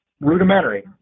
rudimentary